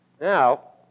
Now